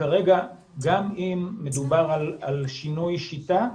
וכרגע גם אם מדובר על שינוי שיטה,